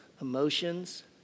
emotions